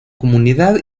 comunidad